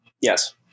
Yes